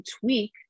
tweak